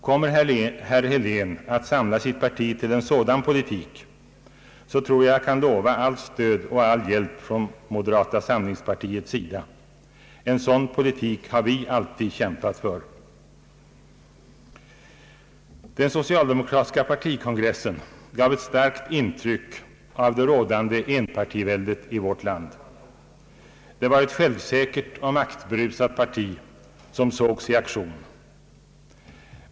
Kommer herr Helén att samla sitt parti till en sådan politik, tror jag att jag kan lova allt stöd och all hjälp från moderata samlingspartiets sida — en sådan politik har vi alltid kämpat för. Den = socialdemokratiska partikon gressen gav ett starkt intryck av det rådande enpartiväldet i vårt land. Det var ett självsäkert och maktberusat parti som sågs i aktion.